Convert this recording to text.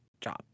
job